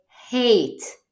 hate